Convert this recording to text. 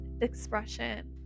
expression